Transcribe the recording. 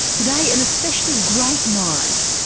today an especially great mind.